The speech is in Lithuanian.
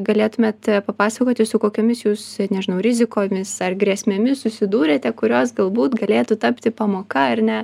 galėtumėte papasakoti su kokiomis jūs nežinau rizikomis ar grėsmėmis susidūrėte kurios galbūt galėtų tapti pamoka ar ne